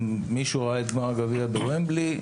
אם מישהו ראה אתמול גביע בוומבלי,